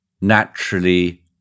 naturally